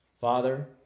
Father